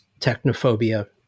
technophobia